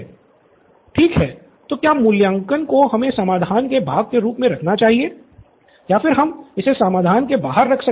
student Nithin ठीक है तो क्या मूल्यांकन को हमें समाधान के भाग के रूप में रखना चाहिए या फिर हम इसे समाधान से बाहर रख सकते हैं